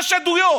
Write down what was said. יש עדויות,